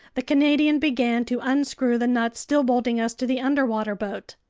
the canadian began to unscrew the nuts still bolting us to the underwater boat.